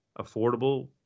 affordable